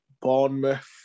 Bournemouth